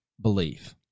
belief